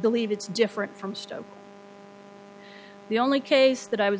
believe it's different from stuff the only case that i was